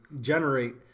generate